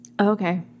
Okay